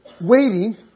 waiting